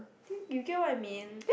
I think you get what I mean